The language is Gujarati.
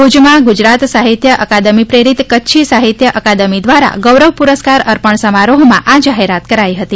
ભુજમાં ગુજરાત સાહિત્ય અકાદમી પ્રેરિત કચ્છી સાહિત્ય અકાદમી દ્વારા ગૌરવ પુરસ્કાર અર્પણ સમારોહમાં આ જાહેરાત કરાઇ હતી